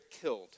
killed